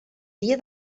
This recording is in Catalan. dia